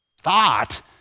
thought